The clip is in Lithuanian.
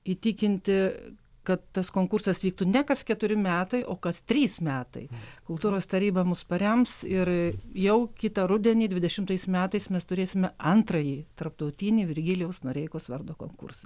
įtikinti kad tas konkursas vyktų ne kas keturi metai o kas trys metai kultūros taryba mus parems ir jau kitą rudenį dvidešimtais metais mes turėsime antrąjį tarptautinį virgilijaus noreikos vardo konkursą